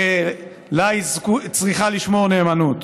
שלה היא צריכה לשמור נאמנות.